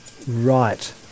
Right